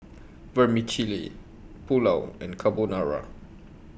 Vermicelli Pulao and Carbonara